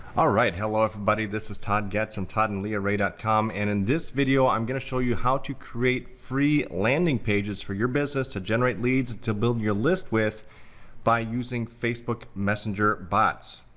ah hello everybody. this is todd getts, from toddandleahrae com. in and this video, i'm gonna show you how to create free landing pages for your business to generate leads to build your list with by using facebook messenger bots.